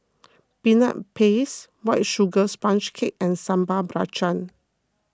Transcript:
Peanut Paste White Sugar Sponge Cake and Sambal Belacan